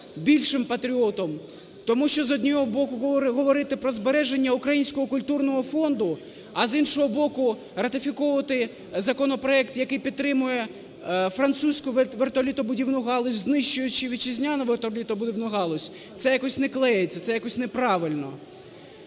більшим патріотом, тому що, з одного боку, говорити про збереження Українського культурного фонду, а, з іншого боку, ратифіковувати законопроект, який підтримує французьку вертольотобудівну галузь, знищуючи вітчизняну вертольотобудівну галузь, це якось не клеїться, це якось неправильно.